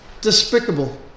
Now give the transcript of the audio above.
despicable